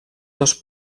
dos